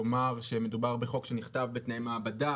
כלומר, שמדובר בחוק שנכתב בתנאי מעבדה